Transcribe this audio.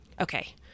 okay